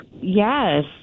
Yes